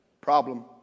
Problem